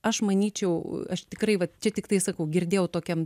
aš manyčiau aš tikrai vat čia tiktai sakau girdėjau tokiam